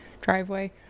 driveway